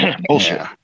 Bullshit